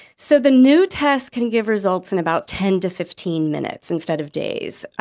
so the new tests can give results in about ten to fifteen minutes, instead of days.